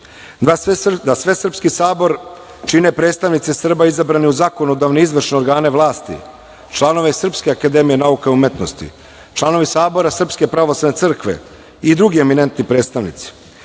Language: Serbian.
da Svesrpski sabor čine predstavnici Srba izabrani u zakonodavne i izvršne organe vlasti, članovi Srpske akademije nauka i umetnosti, članovi Sabora Srpske pravoslavne crkve i drugi eminentni predstavnici;-